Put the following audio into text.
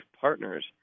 partners